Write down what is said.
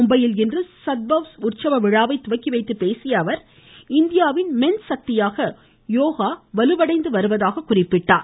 மும்பையில் இன்று சத்பவ் உற்சவ விழாவை தொடங்கி வைத்து பேசிய அவர் இந்தியாவின் மென்சக்தியாக யோகா வலுவடைந்துள்ளதாக கூறினார்